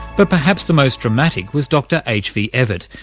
but perhaps the most dramatic was dr h. v. evatt,